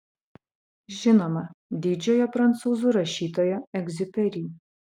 žinoma didžiojo prancūzų rašytojo egziuperi